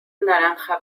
naranja